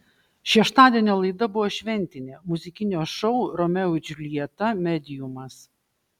šeštadienio laida buvo šventinė muzikinio šou romeo ir džiuljeta mediumas